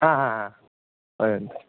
ह ह ह